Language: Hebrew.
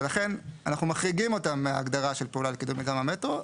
ולכן אנחנו מחריגים אותם מההגדרה של פעולה לקידום מיזם המטרו,